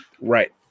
right